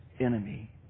enemy